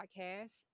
podcast